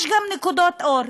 יש גם נקודות אור,